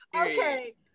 okay